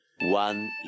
One